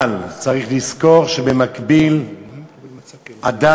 אבל צריך לזכור שבמקביל עדיין